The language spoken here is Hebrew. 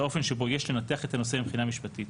לאופן שבו יש לנתח את הנושא מבחינה משפטית.